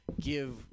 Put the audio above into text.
give